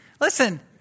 listen